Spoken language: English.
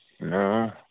No